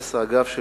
ומהנדס האגף את